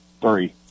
Three